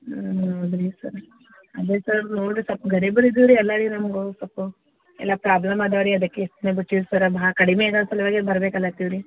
ಹ್ಞೂ ಹೌದ್ರಿ ಸರ ಅದೇ ಸರ್ ನೋಡ್ರಿ ಸ್ವಲ್ಪ ಗರೀಬರಿದ್ದೀವ್ರಿ ಎಲ್ಲ ರಿ ನಮಗೆ ಸ್ವಲ್ಪ ಎಲ್ಲ ಪ್ರಾಬ್ಲಮ್ ಇದಾವೆ ರೀ ಅದಕ್ಕೆ ಸುಮ್ನೆ ಬಿಟ್ಟೀವಿ ಸರ್ ಭಾಳ ಕಡಿಮೆ ಆಗೋ ಸಲುವಾಗಿ ಬರ್ಬೇಕಲತ್ತೀವಿ ರೀ